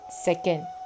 Second